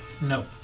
No